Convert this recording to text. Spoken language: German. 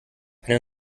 eine